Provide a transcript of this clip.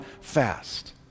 fast